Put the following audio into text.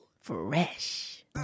Fresh